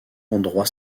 endroits